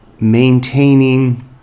maintaining